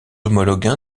homologues